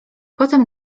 potem